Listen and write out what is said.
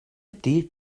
ydy